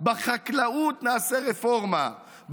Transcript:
בחקלאות נעשה רפורמה,